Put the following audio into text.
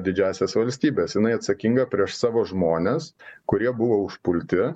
didžiąsias valstybes jinai atsakinga prieš savo žmones kurie buvo užpulti